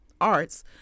arts